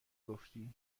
گفتی